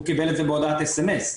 הוא קיבל א תזה בהודעת סמס.